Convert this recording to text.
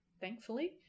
thankfully